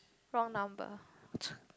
wrong number